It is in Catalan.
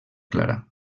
clara